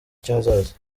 cy’ahazaza